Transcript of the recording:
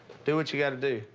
do what you got to do.